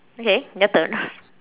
okay your turn